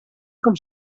com